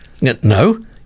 no